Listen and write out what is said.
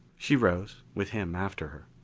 she rose, with him after her.